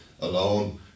alone